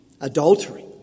adultery